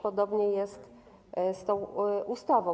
Podobnie jest z tą ustawą.